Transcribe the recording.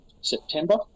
september